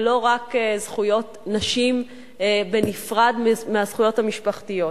ולא רק זכויות נשים בנפרד מהזכויות המשפחתיות.